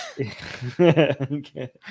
okay